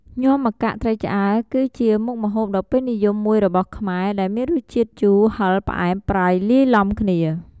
ញាំម្កាក់ត្រីឆ្អើរ គឺជាមុខម្ហូបដ៏ពេញនិយមមួយរបស់ខ្មែរ ដែលមានរសជាតិជូរ ហឹរ ផ្អែម ប្រៃ លាយឡំគ្នា។